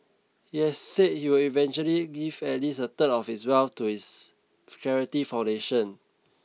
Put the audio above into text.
he has said he will eventually give at least a third of his wealth to his charity foundation